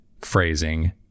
phrasing